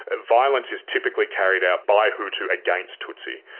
ah violence is typically carried out by hutu against tutsi.